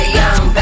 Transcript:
young